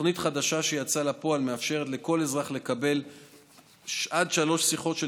תוכנית חדשה שיצאה לפועל מאפשרת לכל אזרח לקבל עד שלוש שיחות של